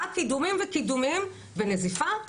רק קידומים וקידומים ונזיפה?